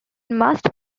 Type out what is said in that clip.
must